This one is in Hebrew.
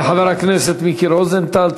לחבר הכנסת מיקי רוזנטל.